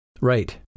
right